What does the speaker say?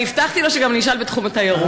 אני גם הבטחתי לו שאני גם אשאל בתחום התיירות.